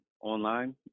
online